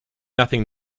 nothing